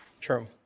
True